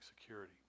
security